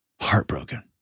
Heartbroken